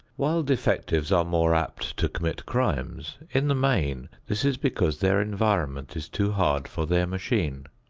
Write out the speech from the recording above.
while defectives are more apt to commit crimes, in the main this is because their environment is too hard for their machine.